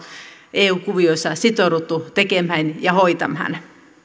eu kuvioissa sitouduttu tekemään ja hoitamaan